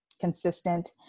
consistent